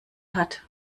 hat